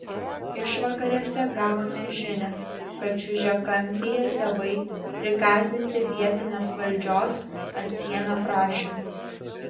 išvakarėse gavome žinią kad čiužiakampyje tėvai prigąsdinti vietinės valdžios atsiėmė prašymus